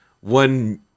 one